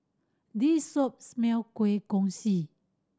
this shop smell kueh kosui